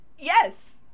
Yes